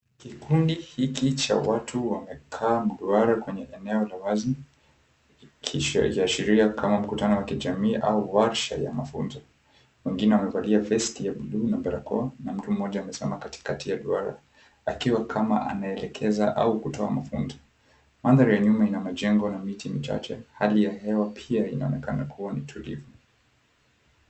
Kikundi hiki cha watu wamekaa kwa barabara kwenye eneo la wazi kisheriasheria kama mkutano wa kijamii au washa ya mafunzo. Mwengine amevalia vesti ya buluu na barakoa na mtu mmoja amesimama katikati ya duara akiwa kama anaelekeza au kutoa mafunzo. Mandhari ya nyuma ina majengo na miti michache hali ya hewa pia inaonekana kua ni tulivu.